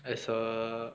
as a